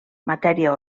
matèria